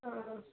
ಹಾಂ